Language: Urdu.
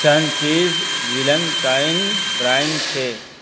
سنچیز ولنٹائن برائن سے